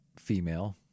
female